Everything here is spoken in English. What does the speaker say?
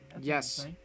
Yes